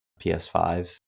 PS5